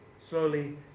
slowly